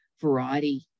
variety